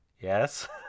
Yes